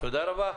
תודה רבה.